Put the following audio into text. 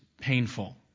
painful